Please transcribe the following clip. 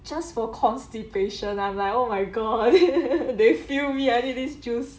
just for constipation I'm like oh my god they feel me I need these juice